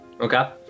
Okay